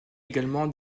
également